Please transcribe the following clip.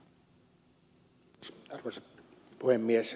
arvoisa puhemies